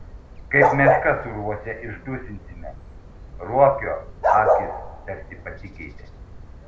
kaip meškas urvuose išdusinsime ruokio akys tarsi pasikeitė